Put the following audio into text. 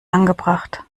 angebracht